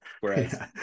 Whereas